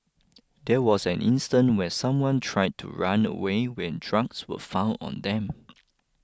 there was an instance where someone tried to run away when drugs were found on them